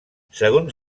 segons